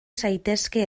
zaitezke